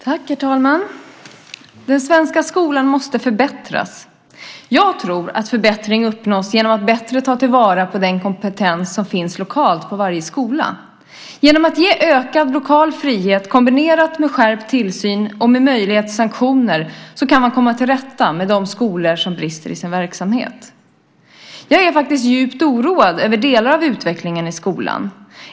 Herr talman! Den svenska skolan måste förbättras. Jag tror att förbättring uppnås genom att man bättre tar till vara den kompetens som finns lokalt på varje skola. Genom att ge ökad lokal frihet kombinerad med skärpt tillsyn och med möjlighet till sanktioner kan man komma till rätta med de skolor som brister i sin verksamhet. Jag är faktiskt djupt oroad över delar av utvecklingen i skolan.